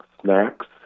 snacks